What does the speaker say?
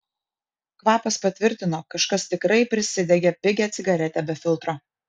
kvapas patvirtino kažkas tikrai prisidegė pigią cigaretę be filtro